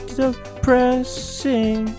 depressing